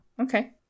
Okay